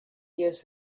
years